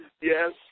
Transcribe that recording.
yes